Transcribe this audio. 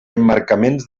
emmarcaments